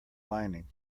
lining